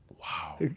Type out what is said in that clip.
Wow